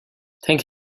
thank